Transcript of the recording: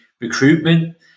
recruitment